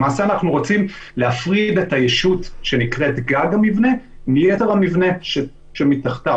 למעשה אנחנו רוצים להפריד את הישות שנקראת גג המבנה מיתר המבנה שמתחתיו,